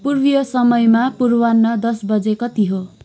पूर्वीय समयमा पूर्वाह्न दस बजे कति हो